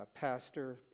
Pastor